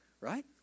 right